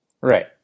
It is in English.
Right